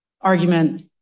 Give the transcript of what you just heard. argument